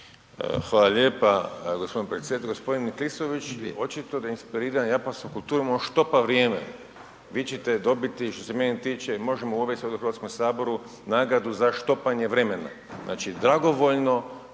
Hvala lijepa g. predsjedatelju. G. Klisović, očito da je inspiriran japansku kulturu, on štopa vrijeme, vi ćete dobiti, što se mene tiče i možemo uvesti u Hrvatskom saboru nagradu za štopanje vremena. Znači dragovoljno